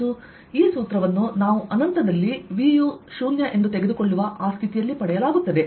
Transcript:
ಮತ್ತು ಈ ಸೂತ್ರವನ್ನು ನಾವು ಅನಂತದಲ್ಲಿ V ಯು 0 ಎಂದು ತೆಗೆದುಕೊಳ್ಳುವ ಆ ಸ್ಥಿತಿಯಲ್ಲಿ ಪಡೆಯಲಾಗುತ್ತದೆ